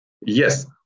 Yes